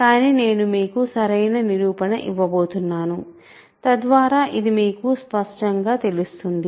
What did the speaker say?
కానీ నేను మీకు సరైన నిరూపణ ఇవ్వబోతున్నాను తద్వారా ఇది మీకు మరింత స్పష్టంగా తెలుస్తుంది